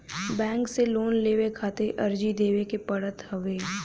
bank से loan लेवे खातिर अर्जी देवे के पड़त हवे